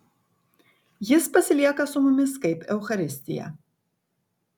jis pasilieka su mumis kaip eucharistija